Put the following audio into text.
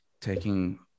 taking